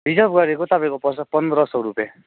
reserve गरेको तपाईँको पर्छ पन्ध्र सौ रुपियाँ